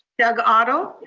doug otto?